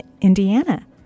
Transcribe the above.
Indiana